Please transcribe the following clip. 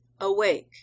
awake